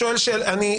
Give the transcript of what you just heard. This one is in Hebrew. להגן?